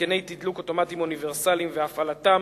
התקני תדלוק אוטומטיים אוניברסליים והפעלתם,